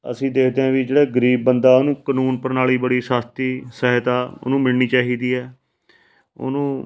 ਅਸੀਂ ਦੇਖਦੇ ਹਾਂ ਵੀ ਜਿਹੜਾ ਗਰੀਬ ਬੰਦਾ ਉਹਨੂੰ ਕਾਨੂੰਨ ਪ੍ਰਣਾਲੀ ਬੜੀ ਸਸਤੀ ਸਹਾਇਤਾ ਉਹਨੂੰ ਮਿਲਣੀ ਚਾਹੀਦੀ ਹੈ ਉਹਨੂੰ